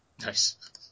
Nice